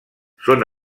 són